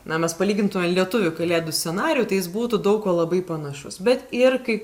na mes palygintume lietuvių kalėdų scenarijų tai jis būtų daug kuo labai panašus bet ir kai